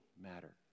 matter